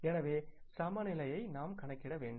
எனவே சமநிலையை நாம் கணக்கிட வேண்டும்